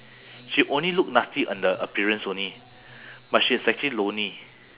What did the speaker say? she only look nasty on the appearance only but she's actually lonely